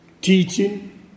teaching